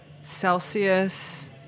Celsius